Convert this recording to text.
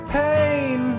pain